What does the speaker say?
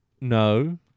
no